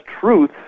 truth